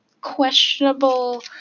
questionable